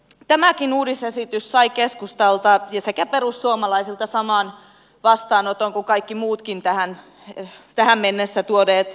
tämäkin uudisesitys sai keskustalta sekä perussuomalaisilta saman vastaanoton kuin kaikki muutkin tähän mennessä tuodut esitykset